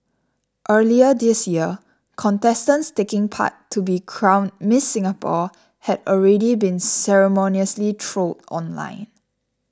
earlier this year contestants taking part to be crowned Miss Singapore had already been ceremoniously trolled online